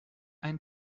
ein